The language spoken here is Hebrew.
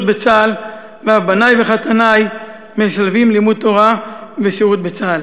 בצה"ל ואף בני וחתני משלבים לימוד תורה ושירות בצה"ל.